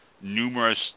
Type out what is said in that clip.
numerous